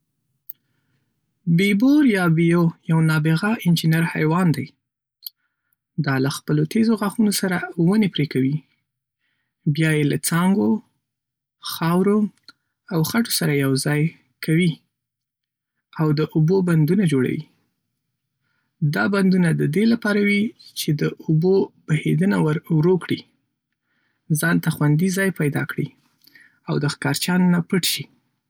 بيبور یا بیو یو نابغه انجنیر حیوان دی. دا له خپلو تېزو غاښونو سره ونې پرې کوي، بیا یې له څانګو، خاورو او خټو سره یو ځای کوي او د اوبو بندونه جوړوي. دا بندونه د دې لپاره وي چې د اوبو بهېدنه ورو کړي، ځان ته خوندي ځای پیدا کړي، او د ښکارچیانو نه پټ شي.